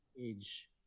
age